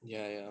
yeah yeah